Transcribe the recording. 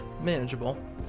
manageable